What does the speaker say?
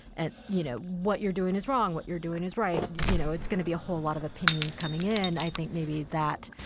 and you know, what you're doing is wrong. what you're doing is right. you know, it's gonna be a whole lot of opinions coming in. i think maybe that